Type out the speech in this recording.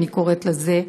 אני קוראת לזה,